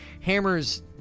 hammers